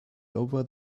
over